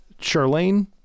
Charlene